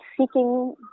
seeking